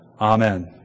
Amen